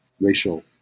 racial